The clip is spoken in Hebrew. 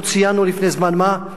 אנחנו ציינו לפני זמן מה את